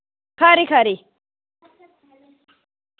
खरी खरी